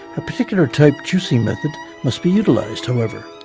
a particular type juicing method must be utilized, however,